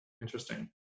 interesting